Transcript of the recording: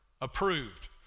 approved